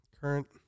current